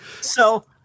So-